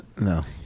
No